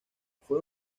fue